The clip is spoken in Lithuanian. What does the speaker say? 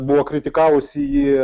buvo kritikavusi jį